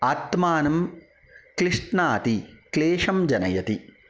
आत्मानं क्लिश्नाति क्लेशं जनयति